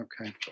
Okay